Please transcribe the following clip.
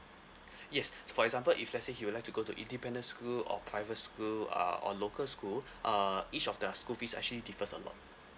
yes for example if let's say he would like to go to independent school or private school uh or local school uh each of the school fees actually differs a lot